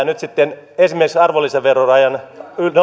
nyt sitten esimerkiksi arvonlisäverorajan